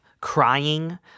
crying